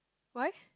why